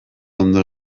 ondo